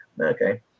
Okay